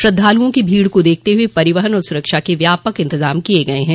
श्रद्वालुओं की भीड़ को देखते हुए परिवहन और सुरक्षा के व्यापक प्रबंध किये गये हैं